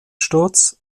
sturz